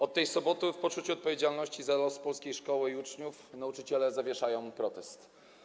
Od tej soboty w poczuciu odpowiedzialności za los polskiej szkoły i uczniów nauczyciele zawieszają protest.